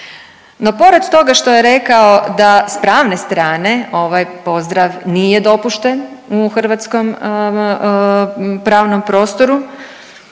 No pored toga što je rekao da s pravne strane ovaj pozdrav nije dopušten u hrvatskom pravnom prostoru,